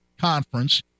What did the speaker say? conference